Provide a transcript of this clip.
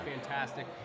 fantastic